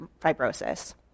fibrosis